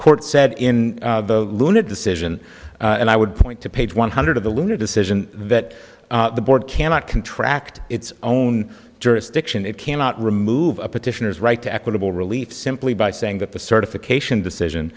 court said in the luna decision and i would point to page one hundred of the lunar decision that the board cannot contract its own jurisdiction it cannot remove a petitioners right to equitable relief simply by saying that the certification decision